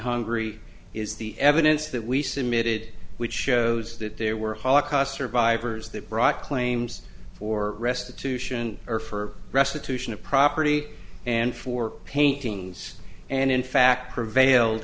hungary is the evidence that we cemented which shows that there were holocaust survivors that brought claims for restitution or for restitution of property and for paintings and in fact prevailed